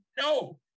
no